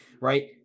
right